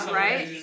right